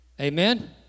Amen